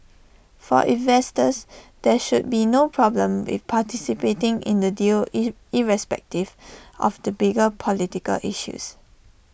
for investors there should be no problem with participating in the deal irrespective of the bigger political issues